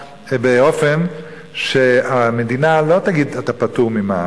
באופן שהמדינה לא תגיד: אתה פטור ממע"מ.